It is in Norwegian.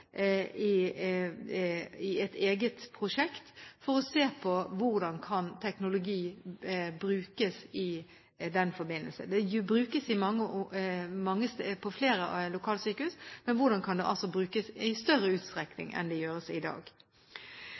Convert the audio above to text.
i et eget prosjekt, for å se på hvordan teknologi kan brukes i denne forbindelse. Dette brukes ved flere lokalsykehus, men hvordan kan dette brukes i større utstrekning enn i dag. Så er det